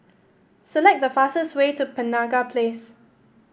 select the fastest way to Penaga Place